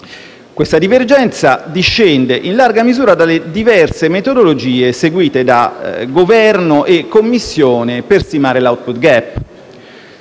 Tale divergenza discende in larga misura dalle diverse metodologie seguite da Governo e Commissione per stimare l'*output gap*.